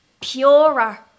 purer